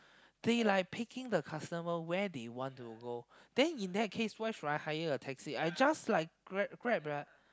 they like picking the customer where they want to go then in that case why should I hire a taxi I just like grab grab right